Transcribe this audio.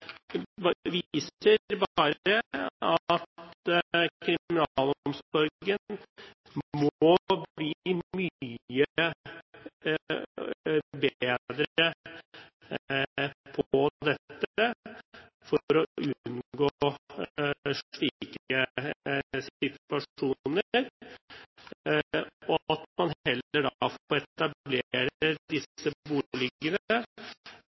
viser bare at kriminalomsorgen må bli mye bedre på dette området for å unngå